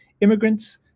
immigrants